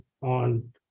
on